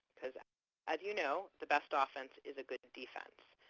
as as you know, the best often is a good defense.